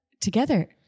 together